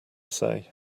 say